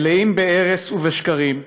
מלאים בארס ובשקרים,